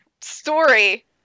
story